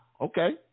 Okay